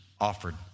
offered